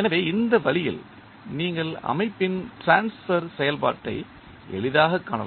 எனவே இந்த வழியில் நீங்கள் அமைப்பின் டிரான்ஸ்பர் செயல்பாட்டை எளிதாகக் காணலாம்